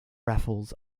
raffles